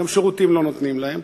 גם שירותים לא נותנים להן.